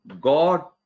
God